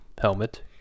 helmet